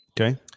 Okay